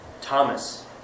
Thomas